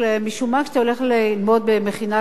משום מה, כשאתה הולך ללמוד במכינה קדם-צבאית